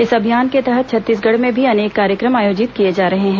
इस अभियान के तहत छत्तीसगढ़ में भी अनेक कार्यक्रम आयोजित किए जा रहे हैं